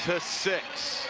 ah six,